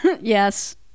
Yes